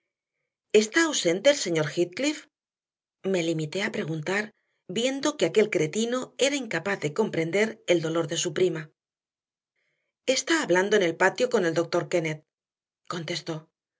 está ausente el señor heathcliff me limité a preguntar viendo que aquel cretino era incapaz de comprender el dolor de su prima está hablando en el patio con el doctor kennett contestó